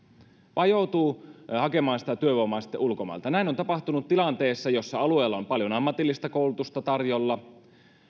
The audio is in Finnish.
vaan joutuu hakemaan sitä työvoimaa sitten ulkomailta näin on tapahtunut tilanteessa jossa alueella on paljon ammatillista koulutusta tarjolla